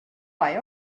buy